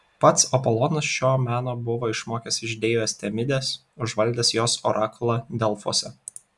pats apolonas šio meno buvo išmokęs iš deivės temidės užvaldęs jos orakulą delfuose